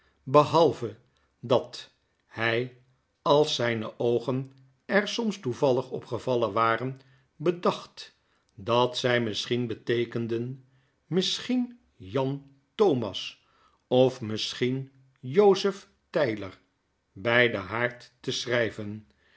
behalve dat hy als zyne oogen er soms toevallig op gevallen waren bedacht dat zij misschien beteekenden misschien jan thomas of misschien jozef tyler bij denhaard te schryven